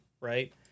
right